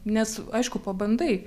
nes aišku pabandai